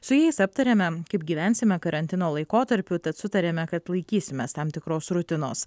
su jais aptarėme kaip gyvensime karantino laikotarpiu tad sutarėme kad laikysimės tam tikros rutinos